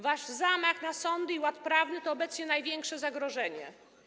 Wasz zamach na sądy i ład prawny to obecnie największe zagrożenie.